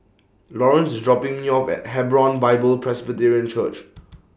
Laurence IS dropping Me off At Hebron Bible Presbyterian Church